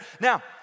Now